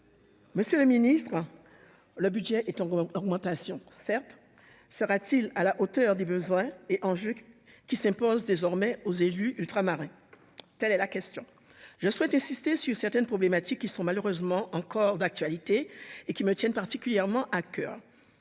Monsieur le ministre, le budget est en augmentation. Sera-t-il à la hauteur des besoins et des enjeux qui s'imposent aux élus ultramarins ? Telle est la question. Je souhaite insister sur certaines problématiques qui sont malheureusement toujours d'actualité et qui me tiennent particulièrement à coeur.